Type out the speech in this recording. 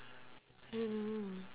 I don't know